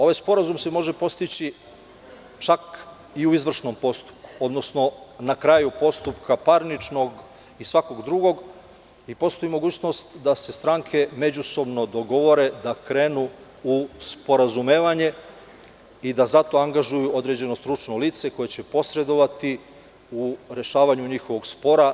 Ovaj sporazum se može postići čak i u izvršnom postupku, odnosno na kraju postupka parničnog i svakog drugog i postoji mogućnost da se stranke međusobno dogovore da krenu u sporazumevanje i da zato angažuju određeno stručno lice koje će posredovati u rešavanju njihovog spora.